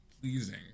pleasing